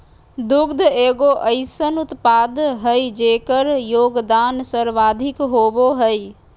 दुग्ध एगो अइसन उत्पाद हइ जेकर योगदान सर्वाधिक होबो हइ